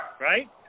Right